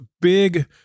big